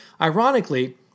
ironically